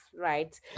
right